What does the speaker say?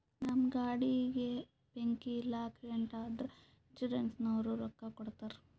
ನಮ್ ಗಾಡಿಗ ಬೆಂಕಿ ಇಲ್ಲ ಆಕ್ಸಿಡೆಂಟ್ ಆದುರ ಇನ್ಸೂರೆನ್ಸನವ್ರು ರೊಕ್ಕಾ ಕೊಡ್ತಾರ್